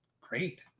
great